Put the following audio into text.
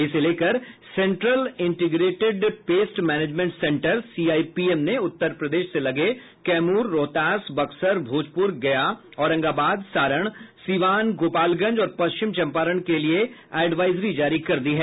इसको लेकर central integrated pest management centre CIPM ने उत्तर प्रदेश से लगे कैमूर रोहतास बक्सर भोजपुर गया औरंगाबाद सारण सिवान गोपालगंज और पश्चिम चंपारण के लिए एडवाइजरी जारी कर दिया है